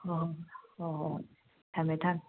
ꯍꯣꯏ ꯍꯣꯏ ꯍꯣꯏ ꯍꯣꯏ ꯍꯣꯏ ꯊꯝꯃꯦ ꯊꯝꯃꯦ